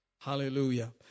Hallelujah